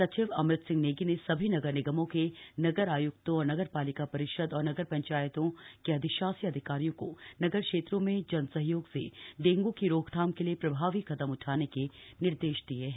सचिव अमित सिंह नेगी ने सभी नगर निगमों के नगर आयुक्तों और नगर पालिका परिषद और नगर पंचायतों के अधिशासी अधिकारियों को नगर क्षेत्रों में जन सहयोग से डेंगू की रोकथाम के लिए प्रभावी कदम उठाने के निर्देश दिए हैं